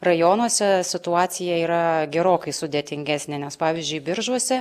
rajonuose situacija yra gerokai sudėtingesnė nes pavyzdžiui biržuose